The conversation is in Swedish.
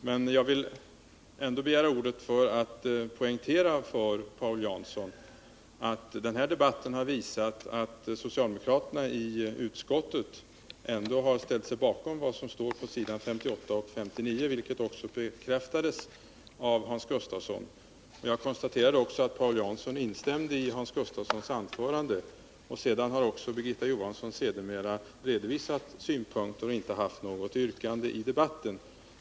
Men jag vill ändå gärna begära ordet för att poängtera för Paul Jansson att den här debatten har visat att socialdemokraterna i utskottet ändå har ställt sig bakom vad som står på s. 58 och 59, vilket också bekräftades av Hans Gustafsson. Jag konstaterade också att Paul Jansson instämde i Hans Gustafssons anförande. Sedermera har också Birgitta Johansson redovisat synpunkter och inte haft något yrkande i debatten.